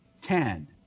ten